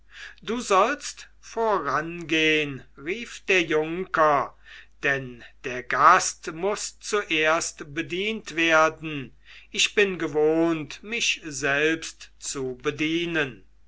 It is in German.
du sollst vorangehen rief der junker denn der gast muß zuerst bedient werden ich bin gewohnt mich selbst zu bedienen